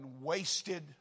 wasted